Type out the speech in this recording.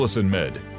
Med